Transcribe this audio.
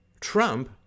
Trump